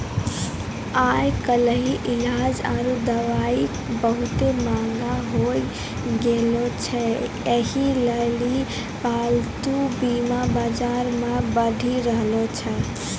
आइ काल्हि इलाज आरु दबाइयै बहुते मंहगा होय गैलो छै यहे लेली पालतू बीमा बजारो मे बढ़ि रहलो छै